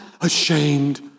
ashamed